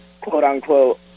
quote-unquote